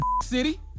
City